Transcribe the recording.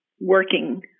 working